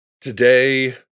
Today